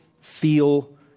feel